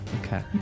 Okay